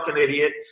idiot